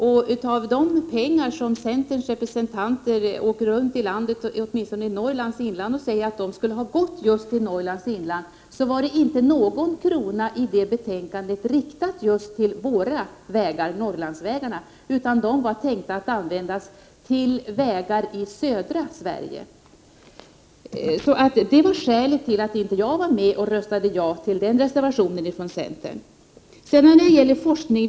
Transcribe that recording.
Centerns representanter åker runt i Norrlands inland och säger att de anslag som centern föreslog och som behandlades i betänkandet skulle ha gått just till Norrlands inland, men inte en krona av de medlen riktades just till Norrlandsvägarna, utan de var tänkta att användas till vägar i södra Sverige. Det var skälet till att jag inte röstade för reservationen från centern i den frågan.